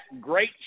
great